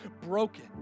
broken